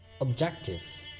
objective